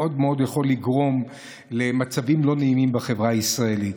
זה מאוד מאוד יכול לגרום למצבים לא נעימים בחברה הישראלית.